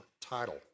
title